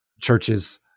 churches